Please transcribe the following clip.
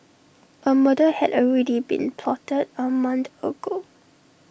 A murder had already been plotted A month ago